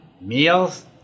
meals